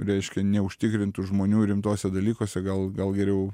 reiškia neužtikrintų žmonių rimtuose dalykuose gal gal geriau